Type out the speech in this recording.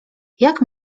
jak